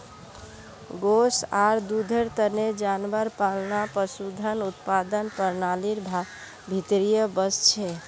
गोस आर दूधेर तने जानवर पालना पशुधन उत्पादन प्रणालीर भीतरीत वस छे